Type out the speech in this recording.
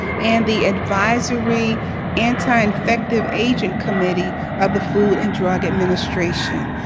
and the advisory anti-infective agent committee of the food and drug administration.